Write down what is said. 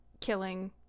killing